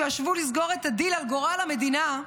שישבו לסגור את הדיל על גורל המדינה,